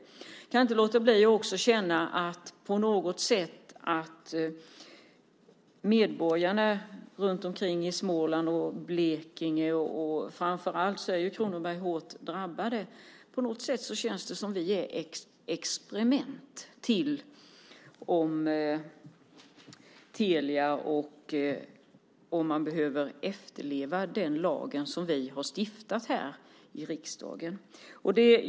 Jag kan inte låta bli att också känna att medborgarna runtom i Småland och Blekinge - framför allt är ju Kronoberg hårt drabbat - på något sätt är med i ett experiment med Telia när det gäller om man behöver efterleva den lag som vi har stiftat här i riksdagen.